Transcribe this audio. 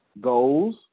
goals